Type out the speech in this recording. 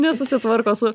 nesusitvarko su